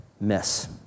miss